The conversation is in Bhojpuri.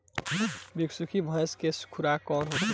बिसुखी भैंस के खुराक का होखे?